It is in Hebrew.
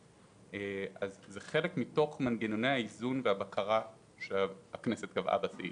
זה חלק מתוך מנגנוני האיזון והבקרה שהכנסת קבעה בסעיף.